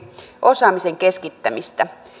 osaamisen keskittämistä